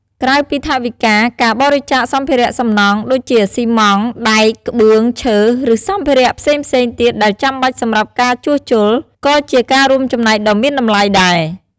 ក្រៅពីថវិកា ការបរិច្ចាគសម្ភារៈសំណង់ ដូចជា ស៊ីម៉ងត៍ ដែក ក្បឿង ឈើ ឬសម្ភារៈផ្សេងៗទៀតដែលចាំបាច់សម្រាប់ការជួសជុល ក៏ជាការរួមចំណែកដ៏មានតម្លៃដែរ។